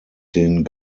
den